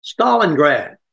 Stalingrad